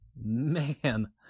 man